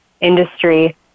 industry